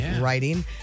writing